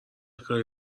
کاری